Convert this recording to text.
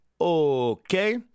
okay